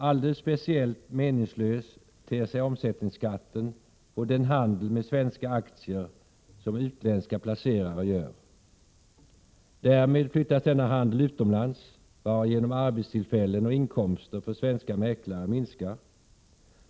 Alldeles speciellt meningslös ter sig omsättningsskatten på den handel med svenska aktier som utländska placerare gör. Därmed flyttas denna handel utomlands varigenom arbetstillfällen och inkomster för svenska mäklare minskar.